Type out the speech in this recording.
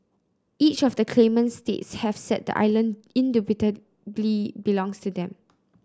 each of the claimant states have said the island indubitably belongs to them